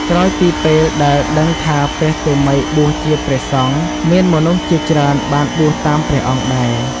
ក្រោយពីពេលដែលដឹងថាព្រះតេមិយបួសជាព្រះសង្ឃ មានមនុស្សជាច្រើនបានបួសតាមព្រះអង្គដែរ។